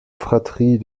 fratrie